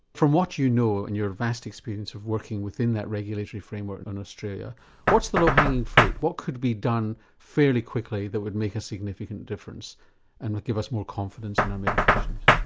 from what you know in your vast experience of working within that regulatory framework in australia what's the low hanging fruit, what could be done fairly quickly that would make a significant difference and would give us more confidence in our medications?